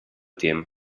team